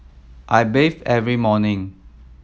I bathe every morning